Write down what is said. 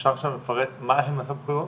אפשר בבקשה לפרט מהם הסמכויות?